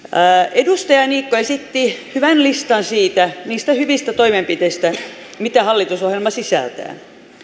edustaja niikko esitti hyvän listan niistä hyvistä toimenpiteistä mitä hallitusohjelma sisältää